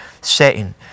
setting